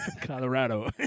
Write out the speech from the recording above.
Colorado